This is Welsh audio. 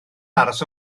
aros